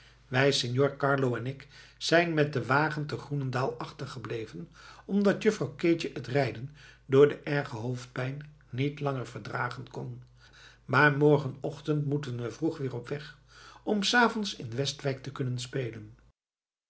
wij signor carlo en ik zijn met den wagen te groenendaal achtergebleven omdat juffrouw keetje het rijden door de erge hoofdpijn niet langer verdragen kon maar morgenochtend moeten we vroeg weer op weg om s avonds in westwijk te kunnen spelen